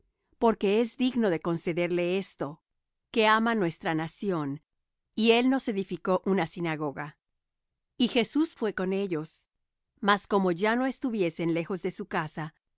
porque es digno de concederle esto que ama nuestra nación y él nos edificó una sinagoga y jesús fué con ellos mas como ya no estuviesen lejos de su casa